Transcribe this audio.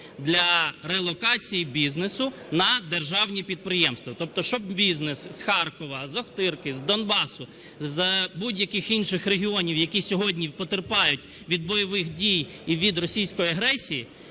для релокації бізнесу на державні підприємства. Тобто щоб бізнес з Харкова, з Охтирки, з Донбасу, з будь-яких інших регіонів, які сьогодні потерпають від бойових дій і від російської агресії,